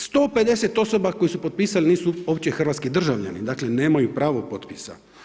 150 osoba koje su potpisale nisu uopće hrvatski državljani, dakle nemaju pravo potpisa.